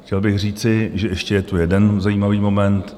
Chtěl bych říci, že je tu ještě jeden zajímavý moment.